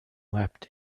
wept